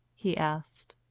he asked.